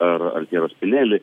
ar altyras pilėli